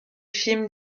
films